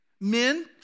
Men